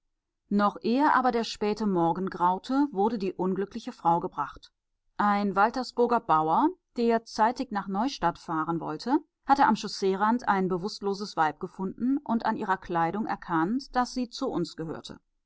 noch ehe aber der späte morgen graute wurde die unglückliche frau gebracht ein waltersburger bauer der zeitig nach neustadt fahren wollte hatte am chausseerand ein bewußtloses weib gefunden und an ihrer kleidung erkannt daß sie zu uns gehörte